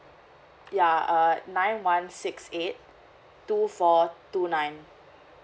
ya uh nine one six eight two four two nine